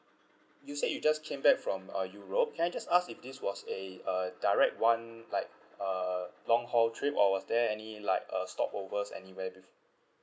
you said you just came back from uh europe can I just ask if this was a uh direct [one] like uh long haul trip or was there any like uh stopovers anywhere wi~